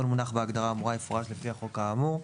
מונח בהגדרה האמורה יפורש לפי החוק האמור".